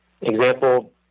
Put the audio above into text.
example